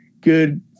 good